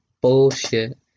bullshit